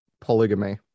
polygamy